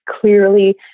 clearly